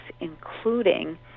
including